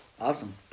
Awesome